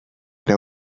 era